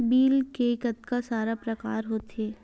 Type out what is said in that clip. Bill के कतका सारा प्रकार होथे?